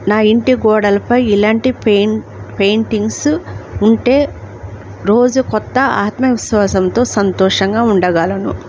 నా ఇంటి గోడలపై ఇలాంటి పెయిం పెయింటింగ్స్ ఉంటే రోజు కొత్త ఆత్మవిశ్వాసంతో సంతోషంగా ఉండగలను